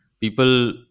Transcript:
people